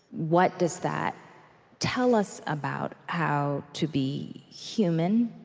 what does that tell us about how to be human,